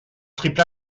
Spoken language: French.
triple